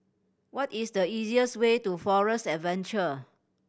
what is the easiest way to Forest Adventure